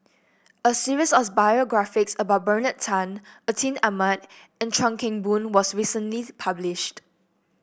a series of biographies about Bernard Tan Atin Amat and Chuan Keng Boon was recently published